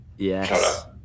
Yes